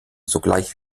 sogleich